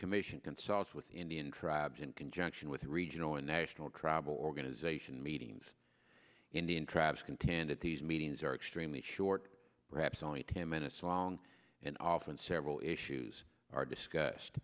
commission consults with indian tribes in conjunction with regional and national travel organization meetings indian crabs content at these meetings are extremely short perhaps only ten minutes long and often several issues are discussed